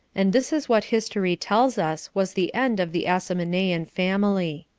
and this is what history tells us was the end of the asamonean family.